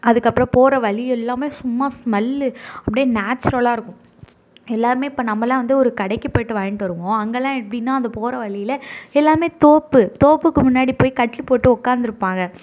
அதுக்கப்புறம் போகிற வழி எல்லாமே சும்மா ஸ்மெல் அப்படியே நேச்சுரலாக இருக்கும் எல்லாருமே இப்போ நம்மலாம் வந்து ஒரு கடைக்கு போயிட்டு வாங்கிட்டு வருவோம் அங்கேல்லாம் எப்படின்னா அது போகிற வழியில் எல்லாமே தோப்பு தோப்புக்கு முன்னாடி போய் கட்டில் போட்டு உட்காந்துருப்பாங்க